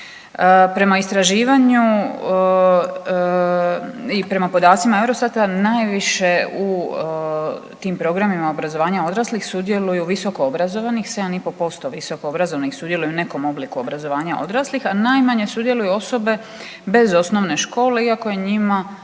Prema istraživanju i prema podacima Eurostata najviše u tim programima obrazovanja odraslih sudjeluju visokoobrazovani 7,5% visokoobrazovanih sudjeluje u nekom obliku obrazovanja odraslih, a najmanje sudjeluju osobe bez osnovne škole iako je njima